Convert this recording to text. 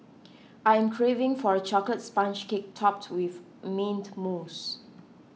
I am craving for a Chocolate Sponge Cake Topped with Mint Mousse